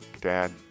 dad